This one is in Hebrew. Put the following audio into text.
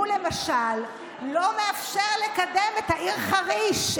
לא מאפשר לקדם את העיר חריש,